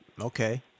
Okay